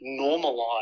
normalize